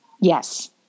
Yes